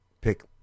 pick